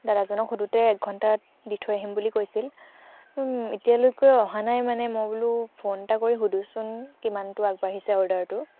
দাদাজনক সোধোঁতে একঘণ্টাত দি থৈ আহিম বুলি কৈছিল এতিয়ালৈকৈ অহা নাই মানে মই বোলো ফোন এটা কৰি সোধোচোন কিমানটো আগবাঢ়িছে অৰ্ডাৰটো